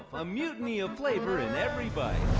a mutiny of flavor in every bite.